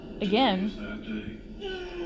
Again